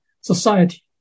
society